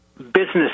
business